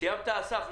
סיימת, אסף?